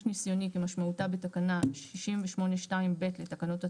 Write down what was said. ניסיוני כשמשמעותה בתקנה 68(2)(ב) לתקנות התיעוד,